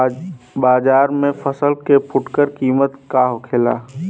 बाजार में फसल के फुटकर कीमत का होखेला?